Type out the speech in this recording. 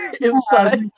inside